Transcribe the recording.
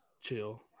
Chill